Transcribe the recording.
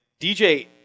DJ